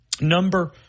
number